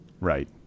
right